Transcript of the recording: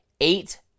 eight –